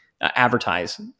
advertise